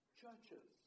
churches